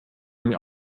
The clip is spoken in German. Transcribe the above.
mir